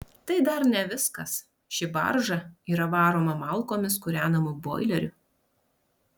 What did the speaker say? tai dar ne viskas ši barža yra varoma malkomis kūrenamu boileriu